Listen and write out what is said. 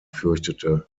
fürchtete